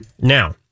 Now